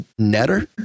Netter